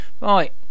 Right